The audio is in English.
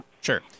Sure